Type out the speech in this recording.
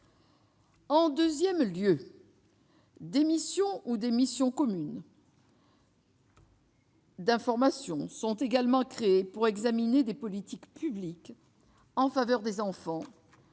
En deuxième lieu, des missions ou des missions communes d'information sont également créées pour examiner des politiques publiques en faveur des enfants,